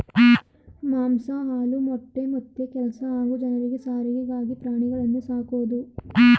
ಮಾಂಸ ಹಾಲು ಮೊಟ್ಟೆ ಮತ್ತೆ ಕೆಲ್ಸ ಹಾಗೂ ಜನರಿಗೆ ಸಾರಿಗೆಗಾಗಿ ಪ್ರಾಣಿಗಳನ್ನು ಸಾಕೋದು